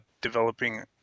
developing